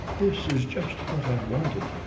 this is just what i wanted!